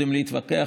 יודעים להתווכח,